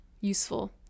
useful